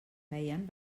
feien